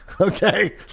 okay